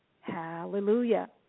Hallelujah